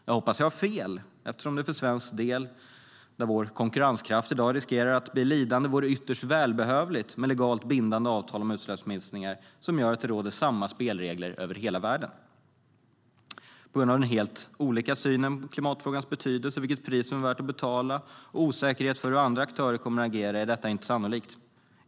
Jag hoppas att jag har fel, eftersom det för svensk del - vår konkurrenskraft riskerar i dag att bli lidande - vore ytterst välbehövligt med legalt bindande avtal om utsläppsminskningar som gör att det råder samma spelregler över hela världen. På grund av att man ser helt olika på klimatfrågans betydelse och vilket pris som är värt att betala och på grund av osäkerhet i fråga om hur andra aktörer kommer att agera är detta inte sannolikt.